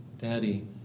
Daddy